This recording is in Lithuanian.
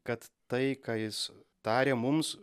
kad tai ką jis tarė mums